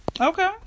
Okay